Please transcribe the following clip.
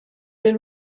den